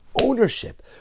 ownership